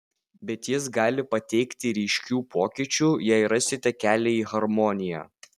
bet jis gali pateikti ryškių pokyčių jei rasite kelią į harmoniją